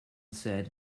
said